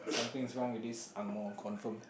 something's wrong with this angmoh confirm